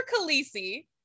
Khaleesi